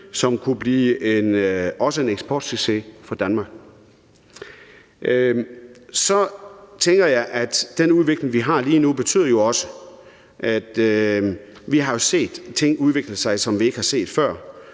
også kunne blive en eksportsucces for Danmark. Så tænker jeg, at den udvikling, vi har lige nu, også betyder, at vi har set ting udvikle sig, som vi ikke har set før.